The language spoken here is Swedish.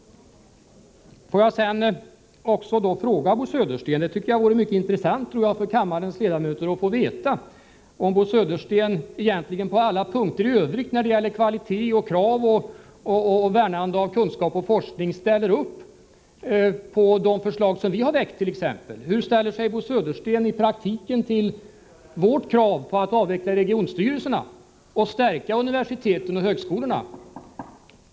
Jag vill sedan också fråga Bo Södersten — jag tror att det vore intressant för kammarens ledamöter att få veta detta — om han på alla punkter i övrigt när det gäller kvalitet och krav och värnande om kunskap och forskning ställer upp på de förslag som vi har väckt. Hur ställer sig Bo Södersten i praktiken till vårt krav på att avveckla regionstyrelserna och stärka universiteten och högskolorna?